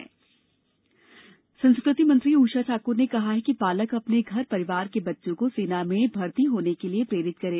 शौर्य स्मारक संस्कृति मंत्री उषा ठाकुर ने कहा है कि पालक अपने घर परिवार के बच्चों को सेना में भर्ती होने के लिये प्रेरित करें